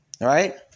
Right